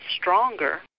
stronger